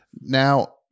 Now